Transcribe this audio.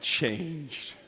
changed